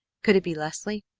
could it be leslie?